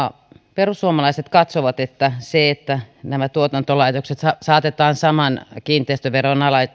perussuomalaiset katsovat että se että nämä tuotantolaitokset saatetaan saman kiinteistöveron